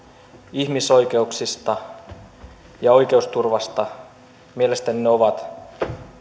ihmisoikeuksista ja oikeusturvasta mielestäni ovat